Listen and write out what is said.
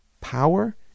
power